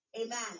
Amen